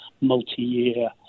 multi-year